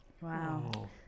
wow